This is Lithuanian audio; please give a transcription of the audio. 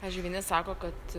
pavyzdžiui vieni sako kad